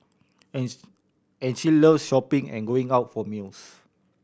and and she loves shopping and going out for meals